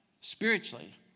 spiritually